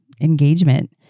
engagement